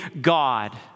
God